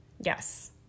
Yes